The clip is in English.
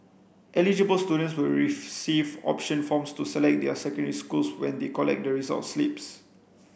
eligible students will receive option forms to select their secondary schools when they collect the results slips